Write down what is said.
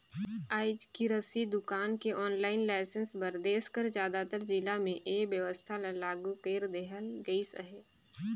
आएज किरसि दुकान के आनलाईन लाइसेंस बर देस कर जादातर जिला में ए बेवस्था ल लागू कइर देहल गइस अहे